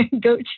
goat